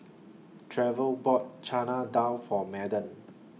Trevor bought Chana Dal For Madden